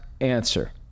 answer